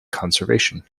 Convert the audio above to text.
conservation